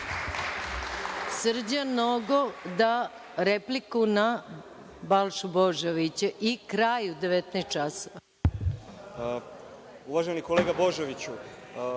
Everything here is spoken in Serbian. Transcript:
Srđan Nogo, repliku na Balšu Božovića i kraj u 19.00